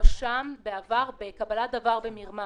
הואשם בעבר בקבלת דבר במרמה